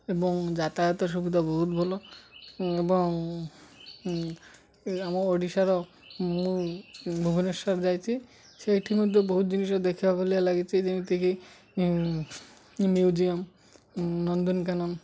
ଏବଂ ଯାତାୟାତ ସୁବିଧା ବହୁତ ଭଲ ଏବଂ ଆମ ଓଡ଼ିଶାର ମୁଁ ଭୁବନେଶ୍ୱର ଯାଇଛି ସେଇଠି ମଧ୍ୟ ବହୁତ ଜିନିଷ ଦେଖିବା ଭଳିଆ ଲାଗିଛି ଯେମିତିକି ମ୍ୟୁଜିୟମ୍ ନନ୍ଦନକାନନ